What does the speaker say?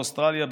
באוסטרליה,